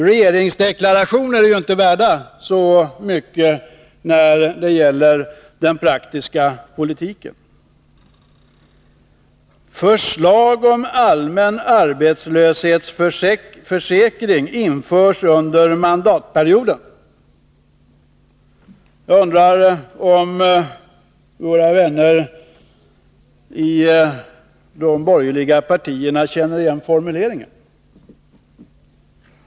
Regeringsdeklarationer är ju inte värda så mycket, när det blir fråga om den praktiska politiken. Förslag om allmän arbetslöshetsförsäkring införs under mandatperioden — jag undrar om våra vänner i de borgerliga partierna känner igen formuleringen.